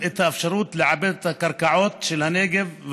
לעבד את הקרקעות של הנגב,